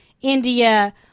India